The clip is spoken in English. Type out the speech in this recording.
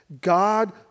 God